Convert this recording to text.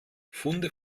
funde